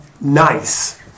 nice